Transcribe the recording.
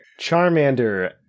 Charmander